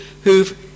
who've